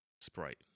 sprite